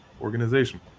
organization